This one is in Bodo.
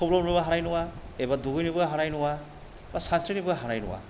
थब्ल'नोबो हानाय नङा एबा दुगैनोबो हानाय नङा बा सानस्रिनोबो हानाय नङा